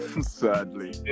sadly